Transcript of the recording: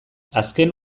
azken